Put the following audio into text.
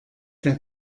der